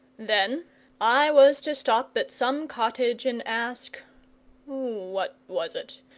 then i was to stop at some cottage and ask what was it?